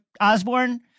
osborne